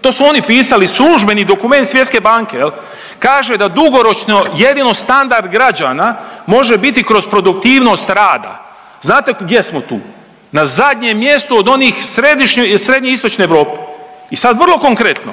to su oni pisali službeni dokument Svjetske banke kaže da dugoročno jedino standard građana može biti kroz produktivnost rada. Znate gdje smo tu? Na zadnjem mjestu od onih srednje istočne Europe. I sad vrlo konkretno.